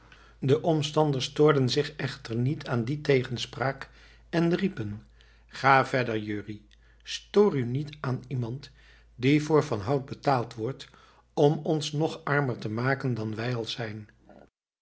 de omstanders stoorden zich echter niet aan die tegenspraak en riepen ga verder jurrie stoor u niet aan iemand die door van hout betaald wordt om ons nog armer te maken dan wij al zijn